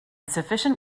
sufficient